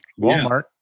Walmart